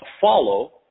follow